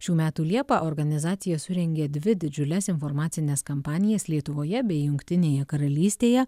šių metų liepą organizacija surengė dvi didžiules informacines kampanijas lietuvoje bei jungtinėje karalystėje